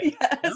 Yes